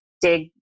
dig